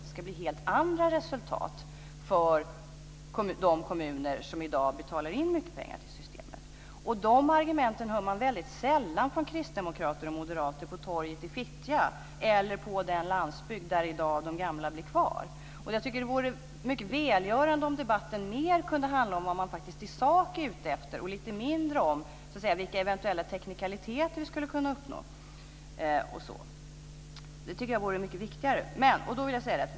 Det ska bli helt andra resultat för de kommuner som i dag betalar in mycket pengar till systemet. De argumenten hör man väldigt sällan från kristdemokrater och moderater på torget i Fittja eller på den landsbygd där i dag de gamla blir kvar. Jag tycker att det vore välgörande om debatten mer kunde handla om vad man faktiskt i sak är ute efter och lite mindre om eventuella teknikaliteter. Det tycker jag vore mycket viktigare.